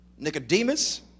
Nicodemus